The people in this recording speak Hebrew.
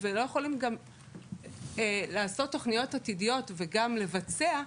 וגם לא יכולים לעשות תוכניות עתידיות וגם לבצע,